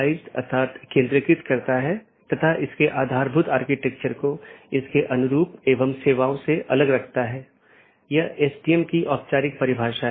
यदि आप याद करें तो हमने एक पाथ वेक्टर प्रोटोकॉल के बारे में बात की थी जिसने इन अलग अलग ऑटॉनमस सिस्टम के बीच एक रास्ता स्थापित किया था